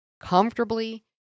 comfortably